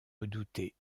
redoutée